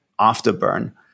afterburn